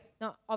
Now